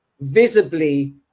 visibly